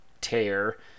tear